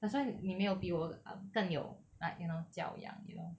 that's why 你没有比我 um 更有 like you know 教养